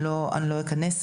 אני לא אכנס אליהן,